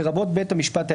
לרבות בית המשפט העליון,